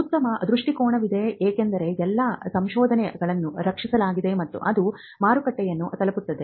ಉತ್ತಮ ದೃಷ್ಟಿಕೋನವಿದೆ ಏಕೆಂದರೆ ಎಲ್ಲಾ ಸಂಶೋಧನೆಗಳನ್ನು ರಕ್ಷಿಸಲಾಗಿದೆ ಮತ್ತು ಅದು ಮಾರುಕಟ್ಟೆಯನ್ನು ತಲುಪುತ್ತದೆ